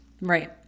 Right